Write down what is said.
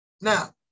Now